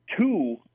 two